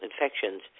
infections